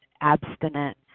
abstinent